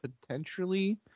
potentially